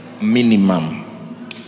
minimum